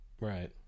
Right